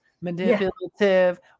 manipulative